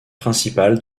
principal